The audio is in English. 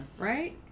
Right